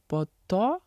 po to